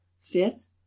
Fifth